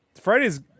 Fridays